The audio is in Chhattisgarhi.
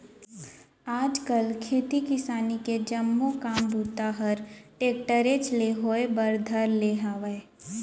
आज काल खेती किसानी के जम्मो काम बूता हर टेक्टरेच ले होए बर धर ले हावय